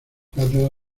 cátedra